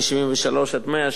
מ-73 ועד 100,